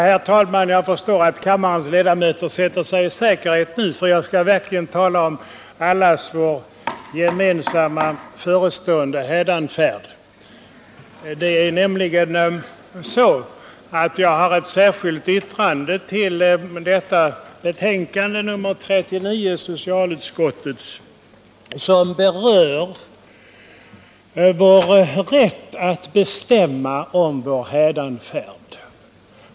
Herr talman! Jag förstår att kammarens ledamöter nu sätter sig i säkerhet, för jag skall tala om allas vår förestående hädanfärd. Jag har nämligen till detta betänkande nr 39 från socialutskottet fogat ett särskilt yttrande som berör vår rätt att bestämma om vår hädanfärd.